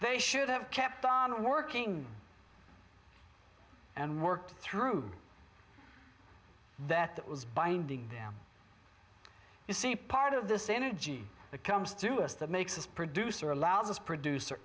they should have kept on working and worked through that that was binding them you see part of this energy that comes to us that makes us producer allows us producer